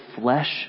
flesh